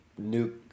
nuke